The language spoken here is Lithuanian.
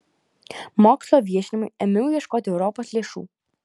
mokslo viešinimui ėmiau ieškoti europos lėšų